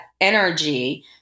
energy –